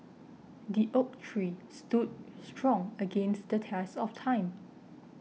the oak tree stood strong against the test of time